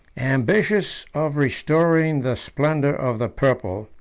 ambitious of restoring the splendor of the purple,